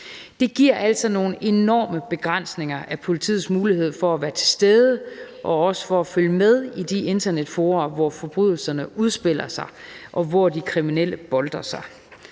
Det giver altså nogle enorme begrænsninger af politiets mulighed for at være til stede og også for at følge med i de internetfora, hvor forbrydelserne udspiller sig, og hvor de kriminelle boltrer sig.